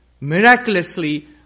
miraculously